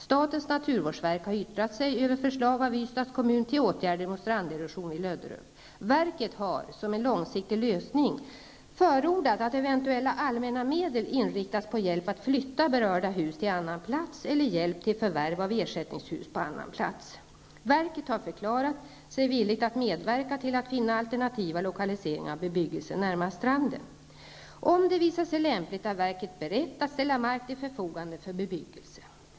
Statens naturvårdsverk har yttrat sig över förslag av Löderup. Verket har som en långsiktig lösning förordat att eventuella allmänna medel inriktas på hjälp att flytta berörda hus till annan plats eller hjälp till förvärv av ersättningshus på annan plats. Verket har förklarat sig villigt att medverka till att finna alternativa lokaliseringar av bebyggelsen närmast stranden. Om det visar sig lämpligt är verket berett att ställa mark till förfogande för bebyggelse.